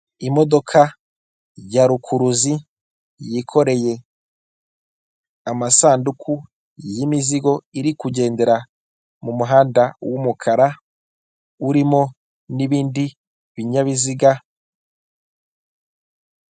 Imodoka ya rukuruzi yikoreye amasanduku y'imizigo iri kugendera mu muhanda w'umukara urimo n'ibindi binyabiziga.